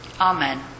Amen